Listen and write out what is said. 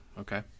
okay